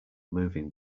moving